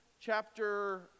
chapter